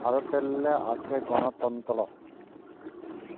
ভারতেল্লে আছে গলতল্ত্র